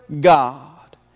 God